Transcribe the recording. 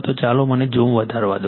તો ચાલો મને ઝૂમ વધારવા દો